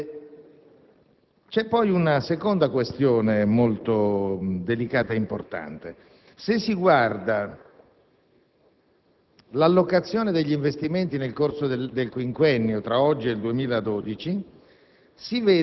C'è poi una seconda questione molta delicata e importante. Se si guarda l'allocazione degli investimenti nel corso del quinquennio tra oggi e il 2012,